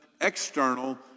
external